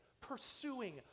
pursuing